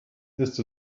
ist